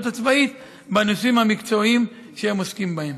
הצבאית בנושאים המקצועיים שהם עוסקים בהם.